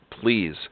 please